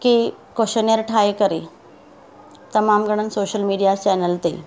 के कोशन्यर ठाहे करे तमामु घणनि सोशयल मीडिआ चैनल ते